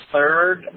Third